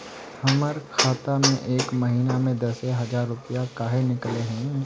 हमर खाता में एक महीना में दसे हजार रुपया काहे निकले है?